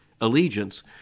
allegiance